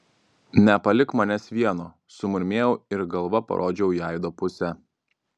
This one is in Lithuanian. nepalik manęs vieno sumurmėjau ir galva parodžiau į aido pusę